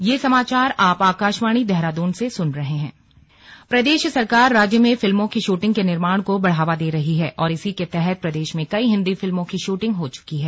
slug film studio प्रदेश सरकार राज्य में फिल्मों की शूटिंग के निर्माण को बढ़ावा दे रही है और इसी के तहत प्रदेश में कई हिंदी फिल्मों की शूटिंग हो चुकी है